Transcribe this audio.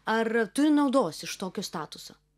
ar turi naudos iš tokio statuso